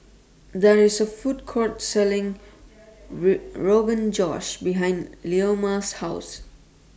There IS A Food Court Selling Rogan Josh behind Leoma's House